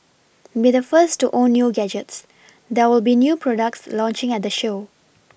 be the first to own new gadgets there will be new products launching at the show